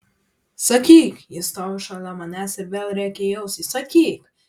sakyk ji stovi šalia manęs ir vėl rėkia į ausį sakyk